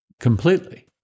completely